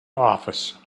office